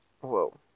Whoa